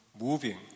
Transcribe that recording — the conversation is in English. moving